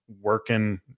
working